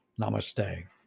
namaste